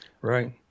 Right